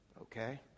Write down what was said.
Okay